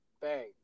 bang